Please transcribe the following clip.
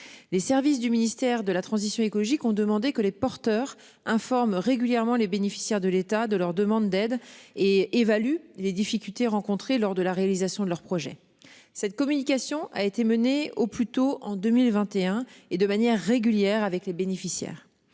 Les services du ministère de la transition écologique ont demandé que les porteurs informe régulièrement les bénéficiaires de l'état de leur demande d'aide et évalue les difficultés rencontrées lors de la réalisation de leurs projets. Cette communication a été menée au plus tôt en 2021, et de manière régulière avec les bénéficiaires